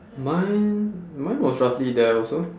mine mine was roughly there also